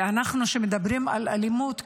וכשאנחנו מדברים על אלימות,